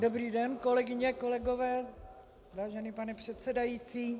Dobrý den, kolegyně a kolegové, vážený pane předsedající.